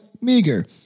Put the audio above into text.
meager